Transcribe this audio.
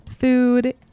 food